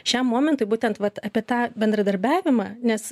šiam momentui būtent vat apie tą bendradarbiavimą nes